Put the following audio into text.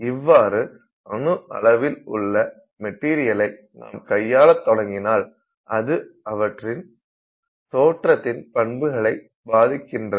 இவ்வாறு அணு அளவில் உள்ள மெட்டீரியலை நாம் கையாள தொடங்கினால் அது அவற்றின் தோற்றத்தின் பண்புகளை பாதிக்கின்றது